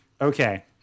Okay